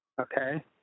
Okay